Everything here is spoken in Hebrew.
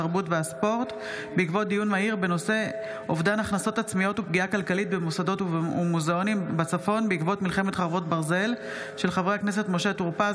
התרבות והספורט בעקבות דיון מהיר בהצעתם של חברי הכנסת משה טור פז,